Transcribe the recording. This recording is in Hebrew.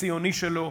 הציוני שלו,